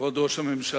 כבוד ראש הממשלה,